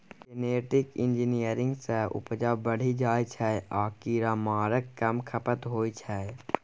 genetic engineering सँ उपजा बढ़ि जाइ छै आ कीरामारक कम खपत होइ छै